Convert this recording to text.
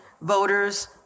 voters